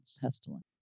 Pestilence